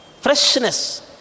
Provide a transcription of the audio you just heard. Freshness